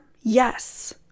Yes